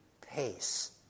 pace